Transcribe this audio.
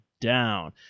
down